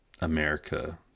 America